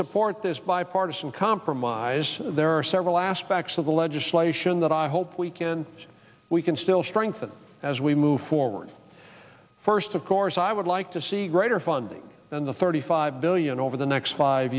support this bipartisan compromise there are several aspects of the legislation that i hope we can we can still strengthen as we move forward first of course i would like to see greater funding than the thirty five billion over the next five